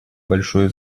большое